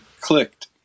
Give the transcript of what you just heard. clicked